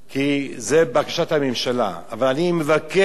אבל אני מבקש מכם בכל לשון של בקשה: